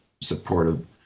supportive